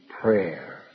prayer